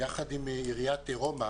יחד עם עיריית רומא